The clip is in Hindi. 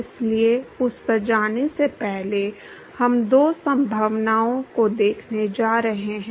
इसलिए उस पर जाने से पहले हम दो संभावनाओं को देखने जा रहे हैं